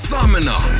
Summoner